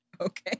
Okay